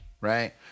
right